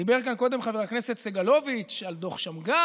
דיבר כאן קודם חבר הכנסת סגלוביץ' על דוח שמגר.